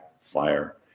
fire